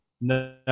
No